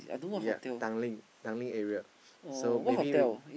ya Tanglin Tanglin area so maybe we